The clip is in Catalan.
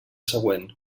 següent